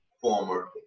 former